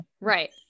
Right